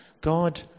God